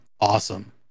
awesome